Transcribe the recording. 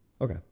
Okay